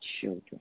children